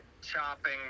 chopping